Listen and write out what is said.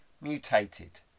mutated